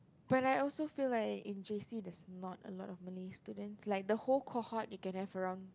but I also feel like in J_C there's not a lot of Malay students like the whole cohort you can have around